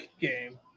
game